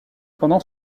pendant